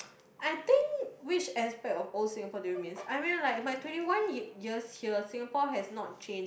I think which aspect of old Singapore do you miss I mean like my twenty one year years here Singapore has not changed